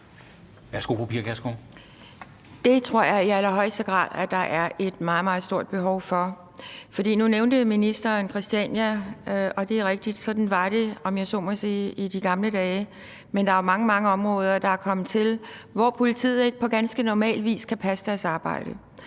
Det tror jeg i allerhøjeste grad at der er et meget, meget stort behov for. Nu nævnte ministeren Christiania, og det er rigtigt, at sådan var det, om jeg så må sige, i de gamle dage. Men der er mange, mange områder, der er kommet til, hvor politiet ikke på ganske normal vis kan passe deres arbejde,